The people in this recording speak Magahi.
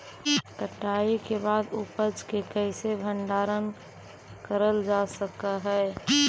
कटाई के बाद उपज के कईसे भंडारण करल जा सक हई?